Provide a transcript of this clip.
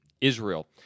Israel